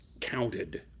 counted